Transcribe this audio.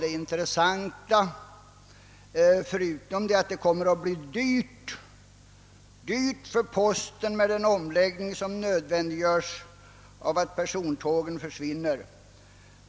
Det intressanta, förutom att den omläggning som nödvändiggörs av att persontågen försvinner kommer att bli dyr för postverket,